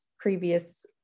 previous